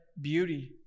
beauty